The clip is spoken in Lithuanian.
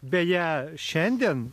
beje šiandien